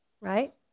Right